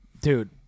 dude